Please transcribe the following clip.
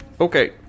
Okay